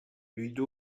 үйдү